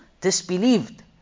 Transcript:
disbelieved